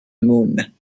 moon